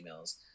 emails